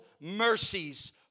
mercies